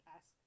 Ask